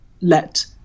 let